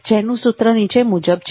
જેનું સુત્ર નીચે મુજબ છે